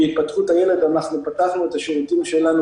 בהתפתחות הילד אנחנו פתחנו את השירותים שלנו